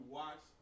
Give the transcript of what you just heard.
watch